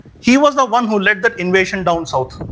he was the one who led the invasion down south,